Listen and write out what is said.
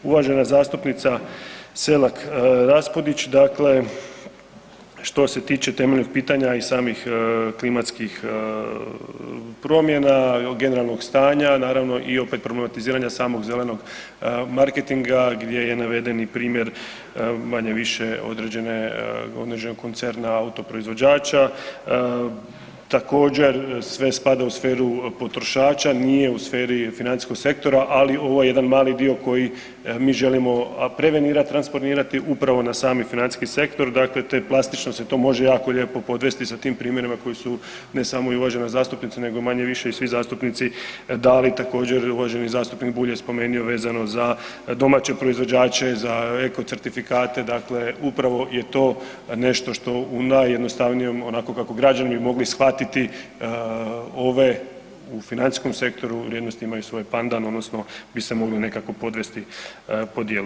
Uvažena zastupnica Selak Raspudić, dakle što se tiče temeljnog pitanja i samih klimatskih promjena, generalnog stanja naravno i opet problematiziranja samog zelenog marketinga gdje je navedeni primjer manje-više određenog koncerna određenog auto proizvođača, također sve spada u sferu potrošača, nije u sferi financijskog sektora ali ovo je jedan mali dio koji mi želimo prevenirat, transponirati upravo na sami financijski sektor, dakle to plastično se to može jako lijepo podvesti sa tim primjerima koji su ne samo i uvažena zastupnica, nego manje-više i svi zastupnici dali također, uvaženi zastupnik Bulj je spomenuo vezano za domaće proizvođače, za eko certifikate, dakle upravo je to nešto što u najjednostavnijem, onako kako građani bi mogli shvatiti ove u financijskom sektoru, vrijednosti imaju svoj pandan odnosno bi se mogle nekako podvesti po djelu.